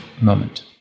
moment